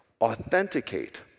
authenticate